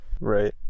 Right